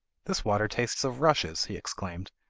this water tastes of rushes he exclaimed,